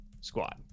squad